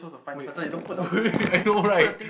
wait I know right